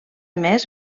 més